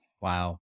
Wow